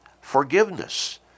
forgiveness